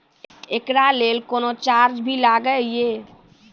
एकरा लेल कुनो चार्ज भी लागैये?